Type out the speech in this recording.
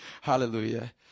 Hallelujah